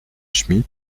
schmid